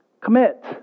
Commit